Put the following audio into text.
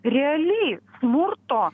realiai smurto